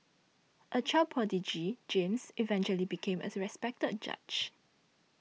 a child prodigy James eventually became a respected judge